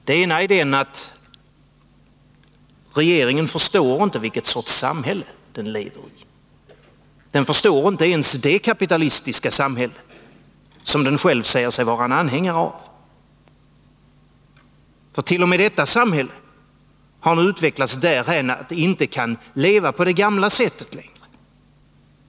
Det ena är att regeringen inte förstår i vilken sorts samhälle den lever. Den förstår inte ens det kapitalistiska samhälle som den själv säger sig vara anhängare av. T. o. m. detta samhälle har nu utvecklats därhän att det inte kan leva på det gamla sättet längre.